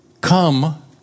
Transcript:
come